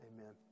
amen